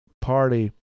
party